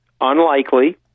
unlikely